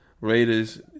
Raiders